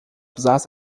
besaß